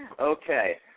Okay